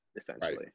essentially